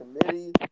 Committee